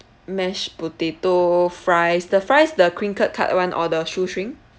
mashed potato fries the fries the crinkle cut [one] or the shoestring